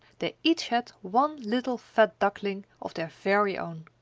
they each had one little fat duckling of their very own.